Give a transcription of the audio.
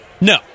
No